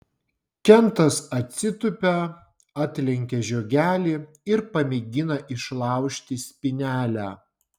kentas atsitūpia atlenkia žiogelį ir pamėgina išlaužti spynelę